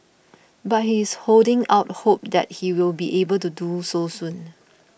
but he is holding out hope that he will be able to do so soon